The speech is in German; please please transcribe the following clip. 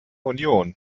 union